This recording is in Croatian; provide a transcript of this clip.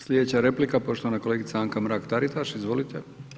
Slijedeća replika poštovana kolegica Anka Mrak Taritaš, izvolite.